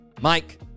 Mike